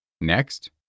Next